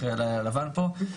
אחרי לילה לבן בכנסת,